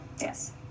Yes